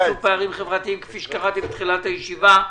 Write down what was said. פערים חברתיים כפי שקראתי בתחילת הישיבה.